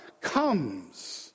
comes